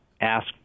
ask